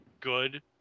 good